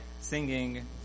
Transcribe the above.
singing